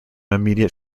immediate